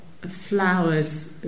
flowers